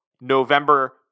november